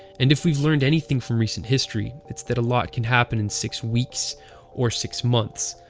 and if we've learned anything from recent history, it's that a lot can happen in six weeks or six months,